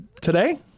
Today